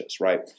right